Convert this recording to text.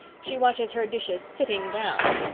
she washes her dishes sitting down.